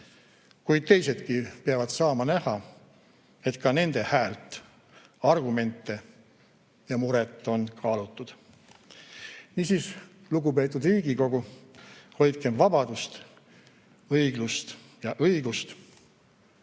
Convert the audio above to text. Kuid teisedki peavad saama näha, et ka nende häält, argumente ja muret on kaalutud. Niisiis, lugupeetud Riigikogu, hoidkem vabadust, õiglust ja õigust!